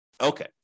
Okay